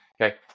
Okay